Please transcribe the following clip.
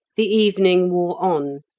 the evening wore on,